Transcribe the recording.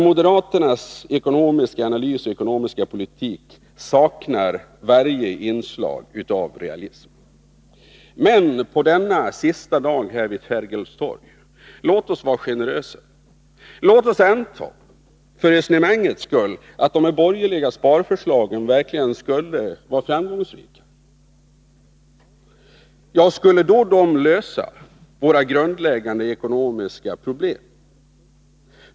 Moderaternas ekonomiska analys och ekonomiska politik saknar varje inslag av realism. Men låt oss, denna sista dag här vid Sergels torg, vara generösa. Låt oss, för resonemangets skull, anta att de borgerliga sparförslagen verkligen skulle vara framgångsrika. Skulle de då lösa våra grundläggande ekonomiska problem?